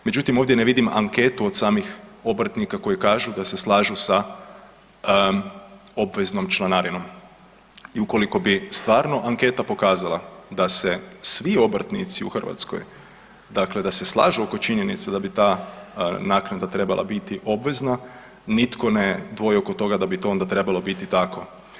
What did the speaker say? Međutim, ovdje ne vidim anketu od samih obrtnika koji kažu da se slažu sa obveznom članarinom i ukoliko bi stvarno anketa pokazala da se svi obrtnici u Hrvatskoj, dakle da se slažu oko činjenica da bi ta naknada trebala biti obvezna nitko ne dvoji oko toga da bi to onda trebalo biti tako.